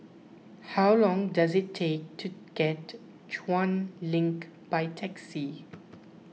how long does it take to get to Chuan Link by taxi